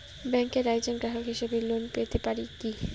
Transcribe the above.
ব্যাংকের একজন গ্রাহক হিসাবে লোন পেতে পারি কি?